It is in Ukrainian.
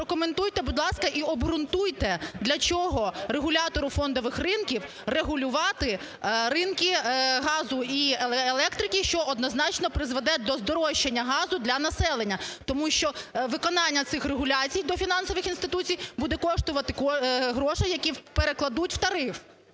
Прокоментуйте, будь ласка, і обґрунтуйте, для чого регулятору фондових ринків регулювати ринки газу і електрики, що однозначно призведе до здорожчання газу для населення. Тому що виконання цих регуляцій до фінансових інституцій буде коштувати грошей, які перекладуть в тариф.